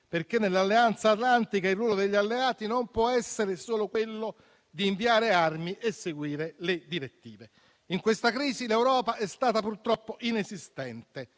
perché nell'alleanza atlantica il ruolo degli alleati non può essere solo quello di inviare armi e seguire le direttive. In questa crisi l'Europa è stata, purtroppo, inesistente.